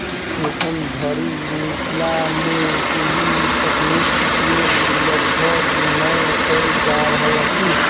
एखन धरि मिथिला मे एहि तकनीक उपयोग लगभग नै कयल जा रहल अछि